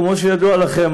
כמו שידוע לכם,